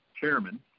chairman